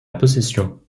possession